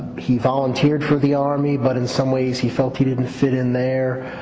he volunteered for the army but in some ways he felt he didn't fit in there.